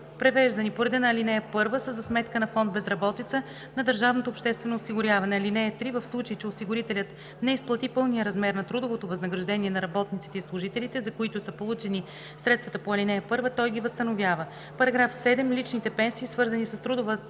превеждани по реда ал. 1, са за сметка на фонд „Безработица“ на държавното обществено осигуряване. (3) В случай че осигурителят не изплати пълния размер на трудовото възнаграждение на работниците и служителите, за които са получени средствата по ал. 1, той ги възстановява.“ § 7. Личните пенсии, свързани с трудова